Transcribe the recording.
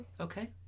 Okay